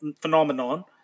Phenomenon